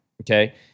okay